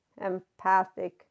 empathic